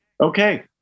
okay